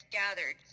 gathered